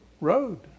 road